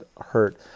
hurt